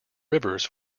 rivers